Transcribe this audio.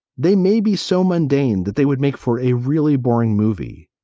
they may be so mundane that they would make for a really boring movie.